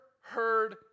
heard